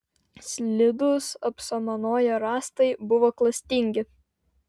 slidūs apsamanoję rąstai buvo klastingi